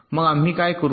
मग आम्ही काय करू